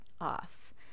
off